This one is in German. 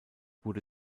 wurde